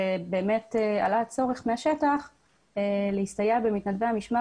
ועלה הצורך מהשטח להסתייע במתנדבי המשמר